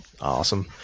Awesome